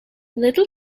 little